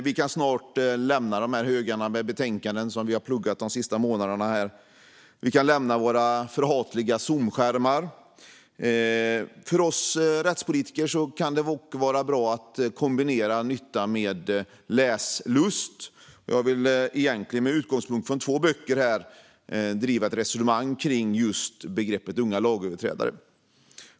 Vi kan snart lämna högarna av betänkanden som vi har pluggat de senaste månaderna, och vi kan lämna våra förhatliga Zoomskärmar. För oss rättspolitiker kan det dock vara bra att kombinera nytta med läslust, och jag vill med utgångspunkt i två böcker driva ett resonemang kring begreppet unga lagöverträdare.